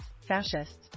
fascists